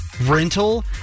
rental